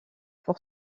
pour